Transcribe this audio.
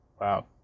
wow